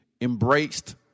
embraced